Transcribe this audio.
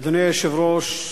אדוני היושב-ראש,